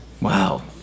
Wow